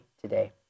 today